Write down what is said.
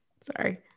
sorry